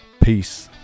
Peace